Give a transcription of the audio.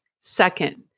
Second